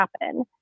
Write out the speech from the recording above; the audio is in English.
happen